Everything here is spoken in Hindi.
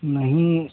नहीं